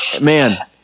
Man